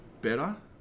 better